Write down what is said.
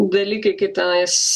dalykai kaip tenais